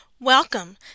Welcome